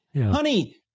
honey